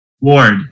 Ward